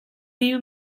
you